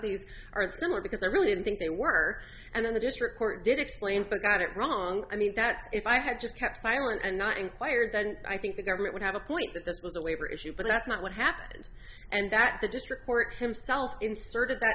similar because i really didn't think they were and then the district court did explain but got it wrong i mean that if i had just kept silent and not inquired then i think the government would have a point that this was a labor issue but that's not what happened and that the district court himself inserted th